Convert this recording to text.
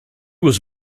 was